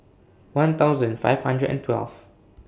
one thousand five hundred and twelve